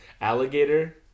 Alligator